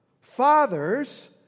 Fathers